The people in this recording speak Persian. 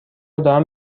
دارم